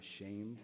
ashamed